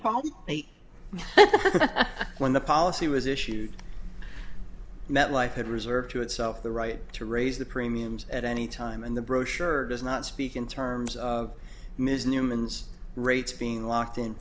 probably when the policy was issued metlife had reserved to itself the right to raise the premiums at any time and the brochure does not speak in terms of ms newmans rates being locked in